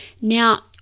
Now